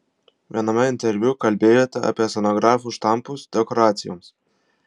viename interviu kalbėjote apie scenografų štampus dekoracijoms